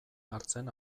hartzen